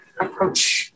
approach